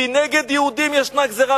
כי נגד יהודים ישנה גזירה.